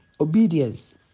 Obedience